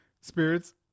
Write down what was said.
spirits